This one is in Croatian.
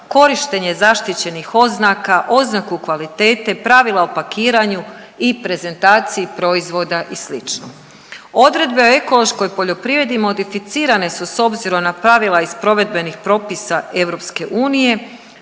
korištenje zaštićenih oznaka, oznaku kvalitete, pravila o pakiranju i prezentaciji proizvoda i slično. Odredbe o ekološkoj poljoprivredi modificirane su s obzirom na pravila iz provedbenih propisa EU